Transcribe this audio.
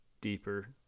deeper